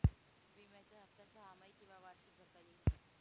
विम्याचा हफ्ता सहामाही किंवा वार्षिक भरता येईल का?